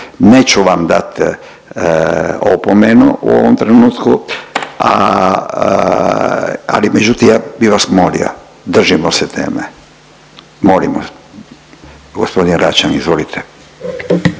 neću vam dati opomenu u ovom trenutku, a ali međutim ja bi vas molio držimo se teme molim. Gospodin Račan, izvolite.